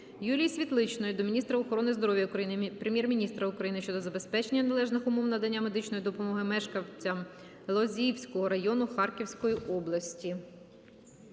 Юлії Світличної до міністра охорони здоров'я України, Прем'єр-міністра України щодо забезпечення належних умов надання медичної допомоги мешканцям Лозівського району Харківської області.